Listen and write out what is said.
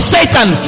Satan